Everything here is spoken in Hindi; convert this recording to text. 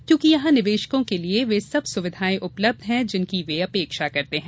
क्योंकि यहां निवेशकों के लिये वे सब सुविधायें उपलब्ध है जिनकी वे अपेक्षा करते हैं